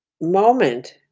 moment